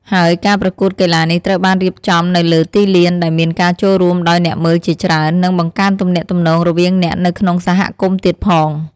ហើយការប្រកួតកីឡានេះត្រូវបានរៀបចំនៅលើទីលាន ដែលមានការចូលរួមដោយអ្នកមើលជាច្រើន និងបង្កើនទំនាក់ទំនងរវាងអ្នកនៅក្នុងហគមន៍ទៀតផង។